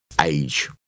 age